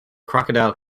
crocodile